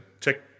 check